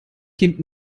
kind